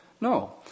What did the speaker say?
No